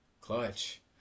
Clutch